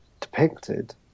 depicted